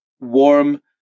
warm